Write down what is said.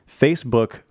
facebook